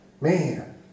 Man